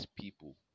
people